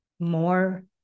more